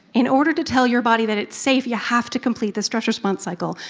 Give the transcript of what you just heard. in order to tell your body that it's safe, you have to complete the stress response cycle.